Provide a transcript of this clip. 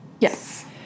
Yes